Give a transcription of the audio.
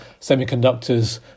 semiconductors